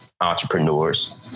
entrepreneurs